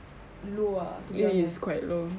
low ah to be honest